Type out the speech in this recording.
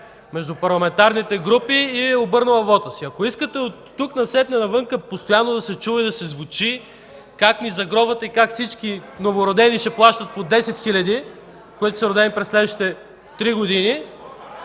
между парламентарните групи – и е обърнала вота си. Ако искате от тук насетне навънка постоянно да се чува и да звучи как ни загробвате и как всички новородени ще плащат по 10 хиляди, които са родени през следващите три години,